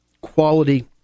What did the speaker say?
quality